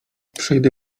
przejdę